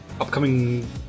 upcoming